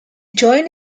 joint